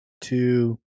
two